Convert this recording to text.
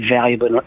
valuable